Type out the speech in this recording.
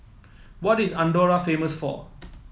what is Andorra famous for